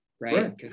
right